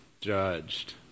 judged